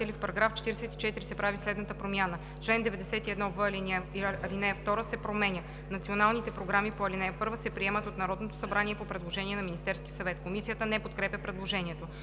„В § 44 се прави следната промяна: Чл. 91в, ал. 2, се променя: „Националните програми по ал. 1 се приемат от Народното събрание по предложение на Министерски съвет.“ Комисията не подкрепя предложението.